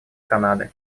канады